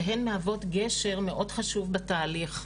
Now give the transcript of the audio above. שהן מהוות גשר מאוד חשוב בתהליך.